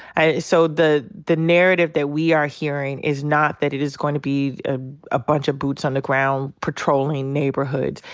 so the the narrative that we are hearing is not that it is going to be a bunch of boots on the ground, patrolling neighborhoods.